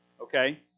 okay